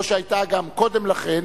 לא שלא היתה גם קודם לכן,